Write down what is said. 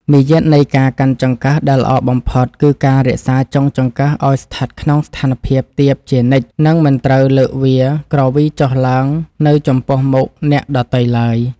មារយាទនៃការកាន់ចង្កឹះដែលល្អបំផុតគឺការរក្សាចុងចង្កឹះឱ្យស្ថិតក្នុងស្ថានភាពទាបជានិច្ចនិងមិនត្រូវលើកវាក្រវីចុះឡើងនៅចំពោះមុខអ្នកដទៃឡើយ។